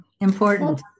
Important